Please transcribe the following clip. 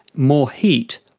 more heat,